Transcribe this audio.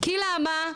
כי למה?